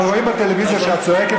אבל רואים בטלוויזיה שאת צועקת,